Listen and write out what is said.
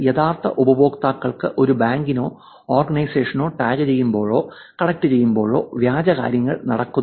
യഥാർത്ഥ ഉപഭോക്താക്കൾ ഒരു യഥാർത്ഥ ബാങ്കിനോ ഓർഗനൈസേഷനോ ടാഗുചെയ്യുമ്പോഴോ കണക്റ്റുചെയ്യുമ്പോഴോ വ്യാജ കാര്യങ്ങൾ നടക്കുന്നു